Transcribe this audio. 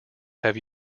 have